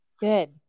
good